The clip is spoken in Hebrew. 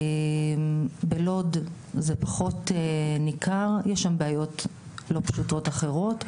בלוד זה פחות ניכר, יש שם בעיות לא פשוטות אחרות.